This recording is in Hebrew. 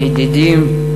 ידידים,